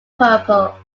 purple